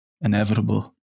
inevitable